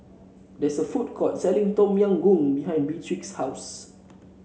there is a food court selling Tom Yam Goong behind Beatrix's house